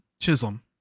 Chisholm